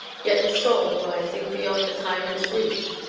yet the soul, rising beyond the tyrant's reach,